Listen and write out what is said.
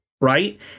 right